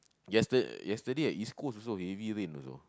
yes it yesterday at East-Coast also heavy rain also